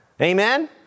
Amen